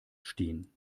stehen